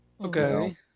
Okay